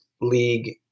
league